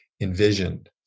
envisioned